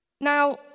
Now